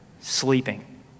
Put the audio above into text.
sleeping